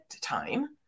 time